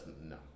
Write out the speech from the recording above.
no